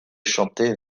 chanter